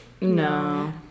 No